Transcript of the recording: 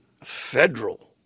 federal